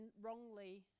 wrongly